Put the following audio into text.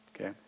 okay